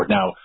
Now